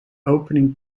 opening